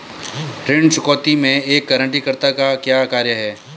ऋण चुकौती में एक गारंटीकर्ता का क्या कार्य है?